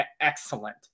excellent